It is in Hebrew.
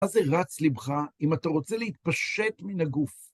מה זה רץ לבך? אם אתה רוצה להתפשט מן הגוף.